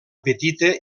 petita